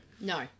No